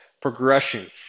progression